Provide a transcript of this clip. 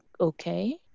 okay